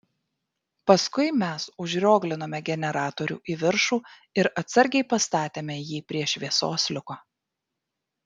paskui mes užrioglinome generatorių į viršų ir atsargiai pastatėme jį prie šviesos liuko